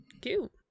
cute